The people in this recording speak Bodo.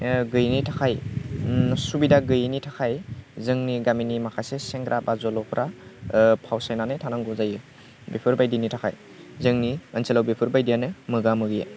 गैयिनि थाखाय सुबिदा गैयिनि थाखाय जोंनि गामिनि माखासे सेंग्रा बा जोलैफोरा फावसायनानै थानांगौ जायो बेफोरबायदिनि थाखाय जोंनि ओनसोलाव बेफोरबायदियानो मोगा मोगिया